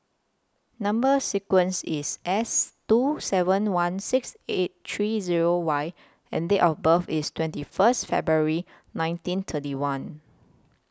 Number sequence IS S two seven one six eight three Zero Y and Date of birth IS twenty First February nineteen thirty one